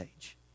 age